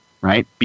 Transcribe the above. right